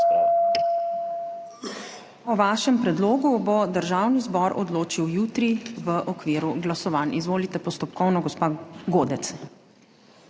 O vašem predlogu bo Državni zbor odločil jutri v okviru glasovanj. Izvolite, postopkovno, gospa Godec.